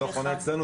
זה לא חונה אצלנו,